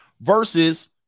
versus